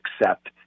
accept